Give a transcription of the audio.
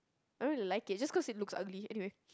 I don't like it just cause it looks ugly anyway